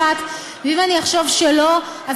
אני אביא את זה לוועדת החוקה,